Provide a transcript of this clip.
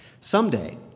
Someday